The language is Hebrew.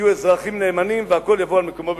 יהיו אזרחים נאמנים והכול יבוא על מקומו בשלום,